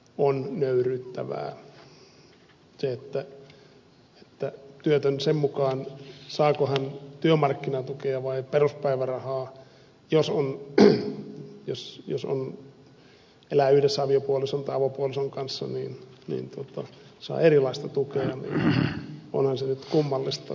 se että työtön sen mukaan saako hän työmarkkinatukea vai peruspäivärahaa jos elää yhdessä aviopuolison tai avopuolison kanssa saa erilaista tukea niin onhan se nyt kummallista